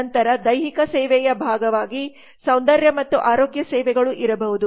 ನಂತರ ದೈಹಿಕ ಸೇವೆಯ ಭಾಗವಾಗಿ ಸೌಂದರ್ಯ ಮತ್ತು ಆರೋಗ್ಯ ಸೇವೆಗಳು ಇರಬಹುದು